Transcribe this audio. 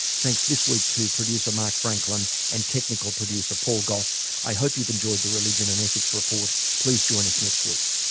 thanks this week to producer mark franklin and technical producer paul gough. i hope you've enjoyed the religion and ethics report. please join us next week